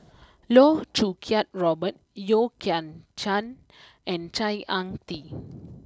Loh Choo Kiat Robert Yeo Kian Chai and Ang Ah Tee